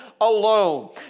alone